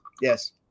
yes